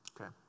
okay